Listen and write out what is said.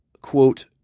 quote